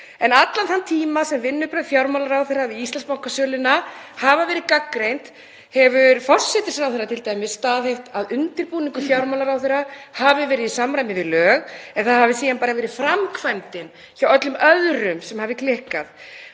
En allan þann tíma sem vinnubrögð fjármálaráðherra við Íslandsbankasöluna hafa verið gagnrýnd hefur forsætisráðherra t.d. staðhæft að undirbúningur fjármálaráðherra hafi verið í samræmi við lög en það hafi síðan verið bara framkvæmdin hjá öllum öðrum sem hafi klikkað.